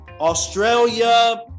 australia